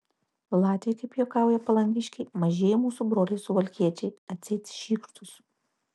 latviai kaip juokauja palangiškiai mažieji mūsų broliai suvalkiečiai atseit šykštūs